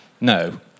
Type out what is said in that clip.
No